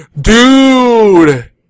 dude